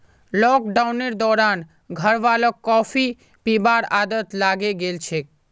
लॉकडाउनेर दौरान घरवालाक कॉफी पीबार आदत लागे गेल छेक